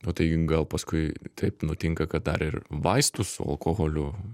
o tai gal paskui taip nutinka kad dar ir vaistus su alkoholiu